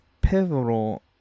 pivotal